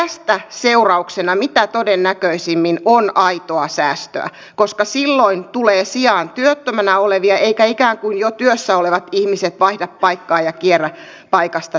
tästä seurauksena mitä todennäköisimmin on aitoa säästöä koska silloin tulee sijaan työttömänä olevia eivätkä ikään kuin jo työssä olevat ihmiset vaihda paikkaa ja kierrä paikasta toiseen